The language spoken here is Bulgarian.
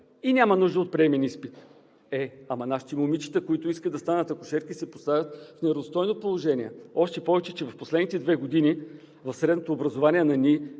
и няма нужда от приемен изпит. Е, ама нашите момичета, които искат да станат акушерки, се поставят в неравностойно положение, още повече че в последните две години в средното образование –